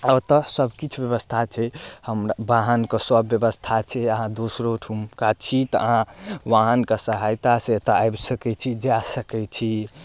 आओर ओतऽ सबकिछु व्यवस्था छै बाहनके सब व्यवस्था छै अहाँ दोसरो ठम का छी तऽ अहाँ वाहनके सहायतासँ एतऽ आबि सकै छी जा सकै छी